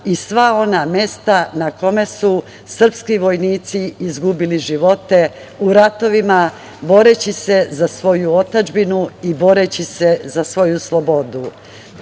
i sva ona mesta na kome su srpski vojnici izgubili živote u ratovima boreći se za svoju otadžbinu i boreći se za svoju slobodu.